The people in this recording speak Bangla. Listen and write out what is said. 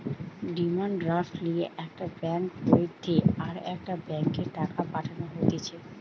ডিমান্ড ড্রাফট লিয়ে একটা ব্যাঙ্ক হইতে আরেকটা ব্যাংকে টাকা পাঠানো হতিছে